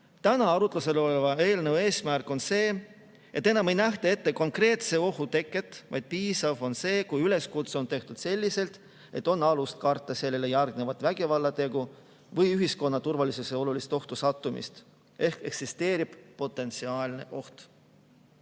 Täna arutlusel oleva eelnõu [sisu] on see, et enam ei [ole tingimus] konkreetse ohu teke, vaid piisav on see, kui üleskutse on tehtud selliselt, et on alust karta sellele järgnevat vägivallategu või ühiskonna turvalisuse olulist ohtu sattumist ehk eksisteerib potentsiaalne oht.